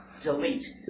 delete